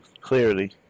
clearly